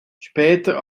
später